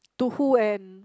to who and